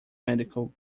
medical